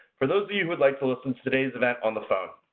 for those of you who would like to listen to today's event on the phone.